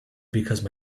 because